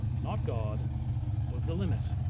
not god was the limit.